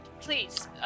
please